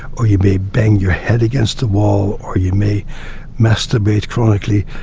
or you may bang your head against a wall or you may masturbate chronically,